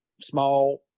Small